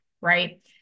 right